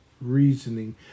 reasoning